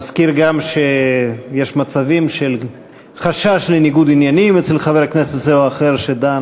נזכיר גם שיש מצבים של חשש לניגוד עניינים אצל חבר כנסת זה או אחר שדן.